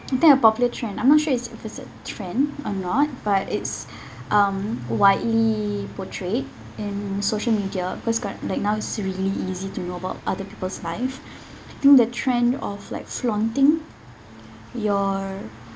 I think a popular trend I'm not sure it's if it's a trend or not but its um widely portrayed in social media because cur~ like now it's really easy to know about other people's life think the trend of like flaunting your